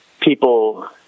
people